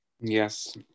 Yes